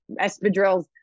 espadrilles